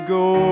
go